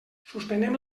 suspenem